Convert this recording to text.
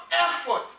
effort